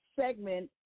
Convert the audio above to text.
segment